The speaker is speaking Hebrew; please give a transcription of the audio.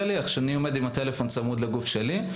כשאני עומד עם הטלפון צמוד לגוף שלי,